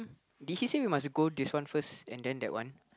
did he say we must go this one first and then that one